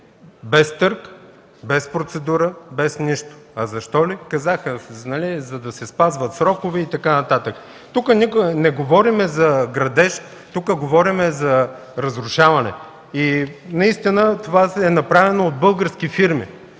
Без търг, без процедура, без нищо! А защо ли? Казаха: за да се спазват срокове и така нататък. Тук не говорим за градеж. Тук говорим за разрушаване. И наистина това е направено от български фирми